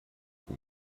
you